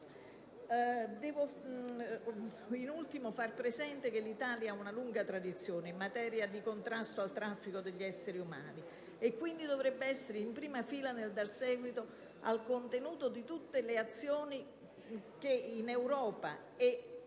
Devo in ultimo far presente che l'Italia ha una lunga tradizione in materia di contrasto al traffico degli esseri umani e che dovrebbe, quindi, essere in prima fila nel dar seguito al contenuto di tutte le azioni che in Europa e